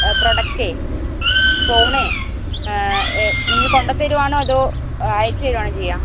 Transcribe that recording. പ്രോഡക്ടേ ഫോണേ നിങ്ങള് കൊണ്ടു തരികയാണോ അതോ അയച്ച് തരികയാണോ ചെയ്യുക